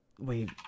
Wait